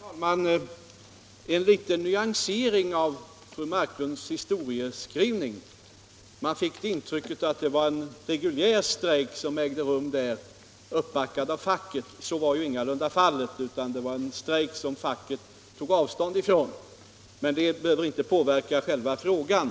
Herr talman! Får jag bara göra en liten nyansering av fru Marklunds historieskrivning. Man fick av den intrycket att det var en reguljär strejk som förekom vid den aktuella firman, alltså en strejk som var uppbackad av facket. Så var ingalunda fallet. Det var en strejk som facket tog avstånd från. Men den saken behöver ju inte påverka själva sakfrågan.